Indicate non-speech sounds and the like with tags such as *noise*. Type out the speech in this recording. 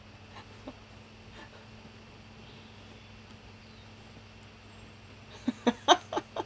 *laughs*